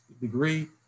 degree